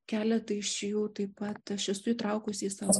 keletą iš jų taip pat aš esu įtraukusi į savo